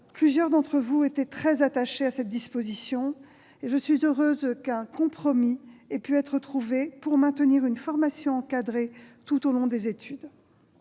plusieurs d'entre vous étaient très attachés à cette disposition et je suis heureuse qu'un compromis ait pu être trouvé pour maintenir une formation encadrée tout au long des études.